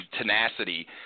tenacity